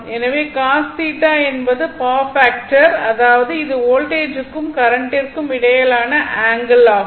எனவே cos θ என்பது power factor அதாவது இது வோல்ட்டேஜுக்கும் கரண்ட்டிற்கும் இடையிலான ஆங்கிள் ஆகும்